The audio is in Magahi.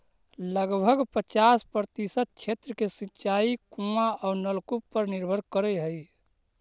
लगभग पचास प्रतिशत क्षेत्र के सिंचाई कुआँ औ नलकूप पर निर्भर करऽ हई